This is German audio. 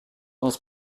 aus